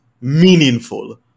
meaningful